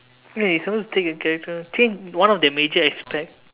wait you suppose to take a character change one of the major aspect